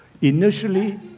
Initially